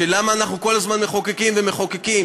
למה אנחנו כל הזמן מחוקקים ומחוקקים.